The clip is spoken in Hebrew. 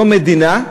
זו מדינה,